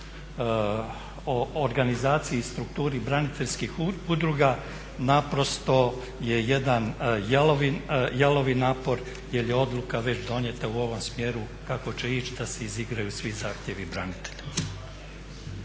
o organizaciji i strukturi braniteljskih udruga naprosto je jedan jalovi napor jer je odluka već donijeta u ovom smjeru kako će ići da se izigraju svi zahtjevi branitelja.